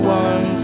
one